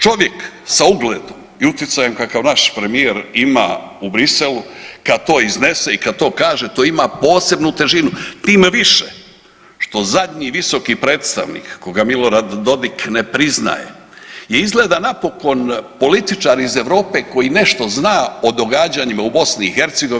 Čovjek sa ugledom i utjecajem kakav naš premijer ima u Bruxellesu kada to iznese i kada to kaže to ima posebnu težinu time više što zadnji visoki predstavnik koga Milorad Dodig ne priznaje je izgleda napokon političar iz Europe koji nešto zna o događanjima u Bosni i Hercegovini.